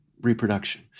reproduction